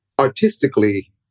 artistically